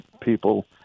people